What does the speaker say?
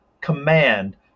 Command